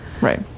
right